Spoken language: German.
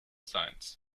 science